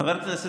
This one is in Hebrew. חבר הכנסת